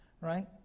Right